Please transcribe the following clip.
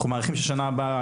אנחנו מעריכים שבשנה הבאה,